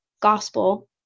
gospel